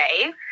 okay